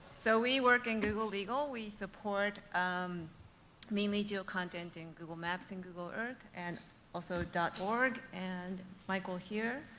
so we work in google legal. we support um mainly geo-content and google maps and google earth and also dot org. and michael here